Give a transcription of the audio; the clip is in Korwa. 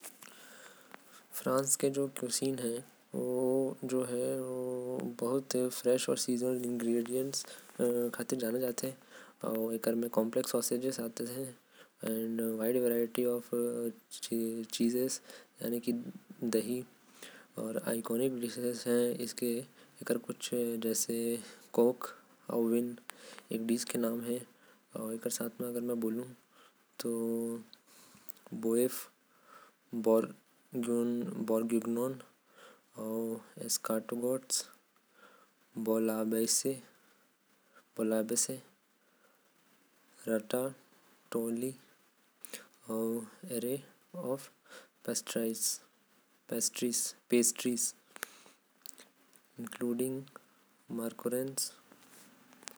फ्रांस के पाक शैली अपन फ्रेश अउ। मौसमी सामग्री बर जाना जाथे। फ्रांस के पाक शैली में आथे पनीर अउ। दारू मशरुम के संघे। एहि सब वहा के लोग मन ज्यादा खाथे।